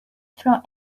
from